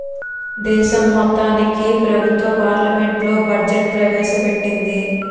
దేశం మొత్తానికి ప్రభుత్వం పార్లమెంట్లో బడ్జెట్ ప్రవేశ పెట్టింది